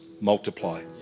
multiply